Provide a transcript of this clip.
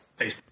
Facebook